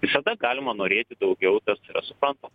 visada galima norėti daugiau tas yra suprantu